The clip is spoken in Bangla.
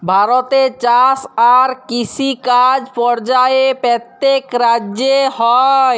ভারতে চাষ আর কিষিকাজ পর্যায়ে প্যত্তেক রাজ্যে হ্যয়